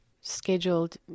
scheduled